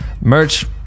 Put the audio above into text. Merch